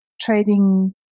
trading